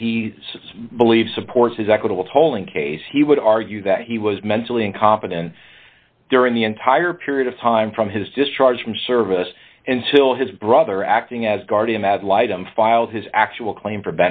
that he believes supports his equitable tolling case he would argue that he was mentally incompetent during the entire period of time from his discharge from service and still his brother acting as guardian ad litum filed his actual claim for